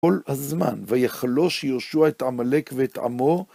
כל הזמן, ויחלוש יהושע את עמלק ואת עמו.